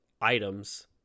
items